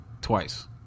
Twice